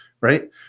Right